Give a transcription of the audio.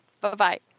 Bye-bye